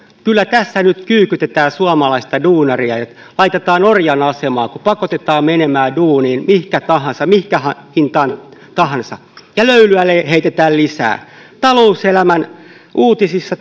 kyllä tässä nyt kyykytetään suomalaista duunaria laitetaan orjan asemaan kun pakotetaan menemään duuniin mihinkä tahansa ja mihin hintaan tahansa ja löylyä heitetään lisää talouselämän uutisissa